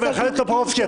חבר הכנסת טופורובסקי,